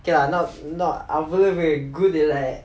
okay lah not not அவ்வளவு:avvalavu good இல்ல:illa